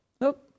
Nope